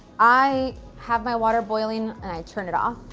i have my water boiling, and i turn it off.